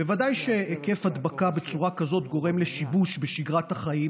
בוודאי שהיקף הדבקה בצורה כזו גורם לשיבוש בשגרת החיים,